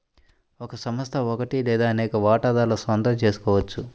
ఒక సంస్థ ఒకటి లేదా అనేక వాటాదారుల సొంతం చేసుకోవచ్చు